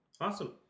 Awesome